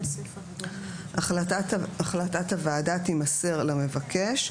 (ד) החלטת הוועדה תימסר למבקש.